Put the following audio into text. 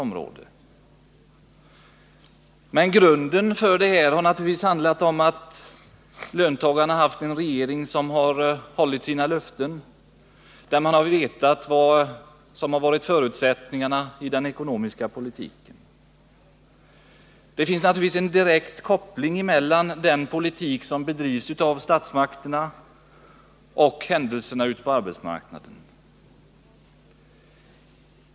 Men grunden för detta var naturligtvis att löntagarna haft en regering som hållit sina löften. Regeringen har vetat vad som varit förutsättningarna för den ekonomiska politiken. Det finns en direkt koppling emellan den politik som bedrivs av statsmakterna och händelserna ute på arbetsmarknaden.